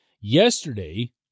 Yesterday